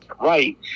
right